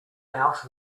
out